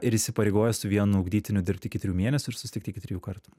ir įsipareigoja su vienu ugdytiniu dirbt iki trijų mėnesių ir susitikti iki trijų kartų